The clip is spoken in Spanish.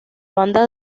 banda